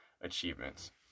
achievements